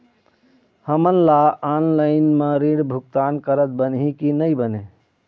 हमन ला ऑनलाइन म ऋण भुगतान करत बनही की नई बने?